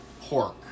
pork